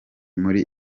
muri